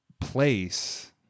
place